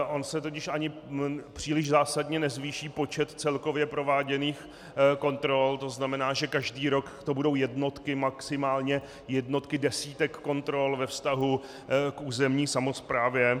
On se totiž ani příliš zásadně nezvýší počet celkově prováděných kontrol, tzn. každý rok to budou jednotky, maximálně jednotky desítek kontrol ve vztahu k územní samosprávě.